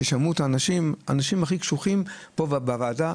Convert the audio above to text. שישמעו את האנשים האנשים הכי קשוחים בכו פה בוועדה,